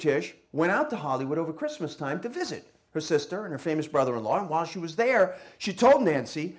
cish went out to hollywood over christmas time to visit her sister and famous brother in law while she was there she told nancy